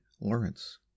lawrence